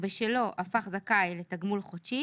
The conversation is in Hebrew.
שבשלו הפך זכאי לתגמול חודשי